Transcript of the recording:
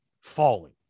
falling